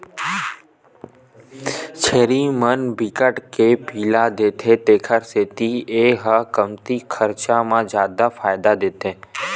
छेरी मन बिकट के पिला देथे तेखर सेती ए ह कमती खरचा म जादा फायदा देथे